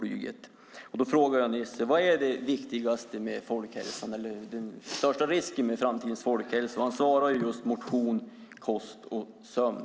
Jag frågade honom vad som är det viktigaste i framtidens folkhälsa. Han svarade utan att blinka att det är motion, kost och sömn.